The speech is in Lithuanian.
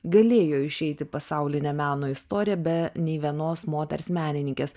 galėjo išeiti pasaulinė meno istorija be nė vienos moters menininkės